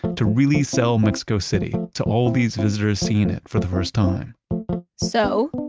to really sell mexico city to all these visitors seeing it for the first time so,